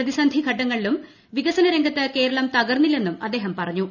പ്രതിസന്ധിഘട്ടങ്ങളിലും വികസന രംഗത്ത് കേരളം തകർന്നില്ലെന്നും അദ്ദേഹം പറഞ്ഞു